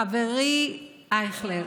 חברי אייכלר,